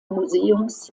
museums